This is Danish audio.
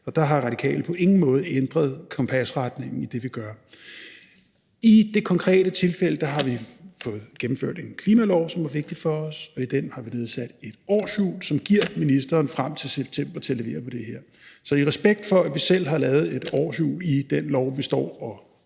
og der har Radikale på ingen måde ændret kompasretningen i det, vi gør. I det konkrete tilfælde har vi fået gennemført en klimalov, som var vigtig for os, og i den har vi nedsat et årshjul, som giver ministeren frem til september til at levere på det her. Så i respekt for, at vi selv har lavet et årshjul i den lov, vi står og,